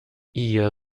ihr